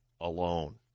alone